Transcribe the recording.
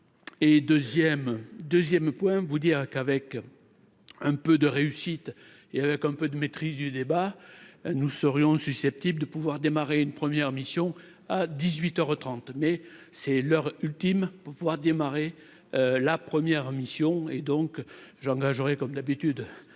et deuxième 2ème point vous dire qu'avec un peu de réussite, et avec un peu de maîtrise du débat, nous serions susceptibles de pouvoir démarrer une première mission à dix-huit heures trente mais c'est leur ultime pour pouvoir démarrer la première mission et donc j'engagerai, comme d'habitude,